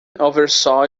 oversaw